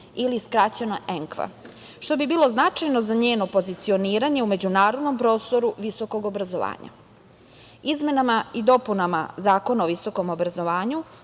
ili skraćeno ENQA, što bi bilo značajno za njeno pozicioniranje u međunarodnom prostoru visokog obrazovanja. Izmenama i dopunama Zakona o visokom obrazovanju